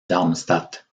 darmstadt